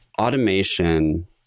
automation